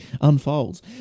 unfolds